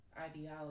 ideology